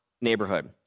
neighborhood